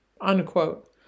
unquote